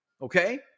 okay